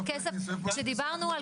על כך שבית החולים רואה